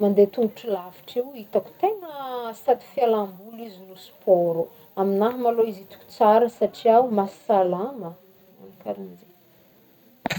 Mandeha tongotry lavitry io hitako tegna sady fialamboly izy no sport, amignahy malô izy hitako tsara satria ho mahasalama. Magnagno karaha zegny.